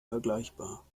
vergleichbar